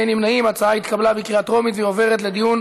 ההצעה להעביר את הצעת